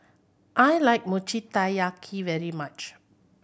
I like Mochi Taiyaki very much